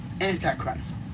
Antichrist